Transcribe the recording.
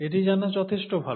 এটি জানা যথেষ্ট ভাল